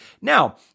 Now